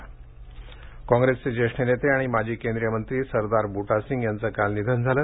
बटासिंग काँग्रेसचे ज्येष्ठ नेते आणि माजी केंद्रीय मंत्री सरदार बुटा सिंग यांचं काल निधन झालं